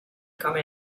come